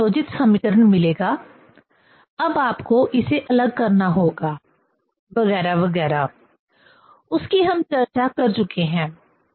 इससे संयोजित समीकरण मिलेगा अब आपको इसे अलग करना होगा वगैरह वगैरह उसकी हम चर्चा कर चुके हैं